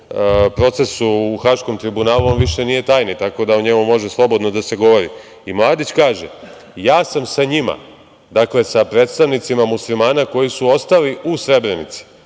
procesu u Haškom tribunalu, on više nije tajni, tako da o njemu može slobodno da se govori. Mladić kaže - ja sam sa njima, dakle, sa predstavnicima Muslimana koji su ostali u Srebrenici,